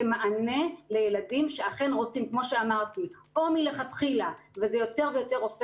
כמענה לילדים שאכן רוצים מצד אחד לימודי